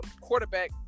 quarterback